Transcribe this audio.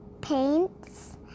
paints